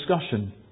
discussion